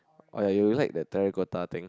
or you like the terracotta thing